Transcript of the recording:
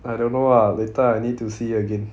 I don't know ah later I need to see again